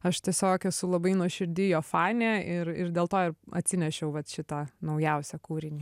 aš tiesiog esu labai nuoširdi jo fanė ir ir dėl to ir atsinešiau vat šitą naujausią kūrinį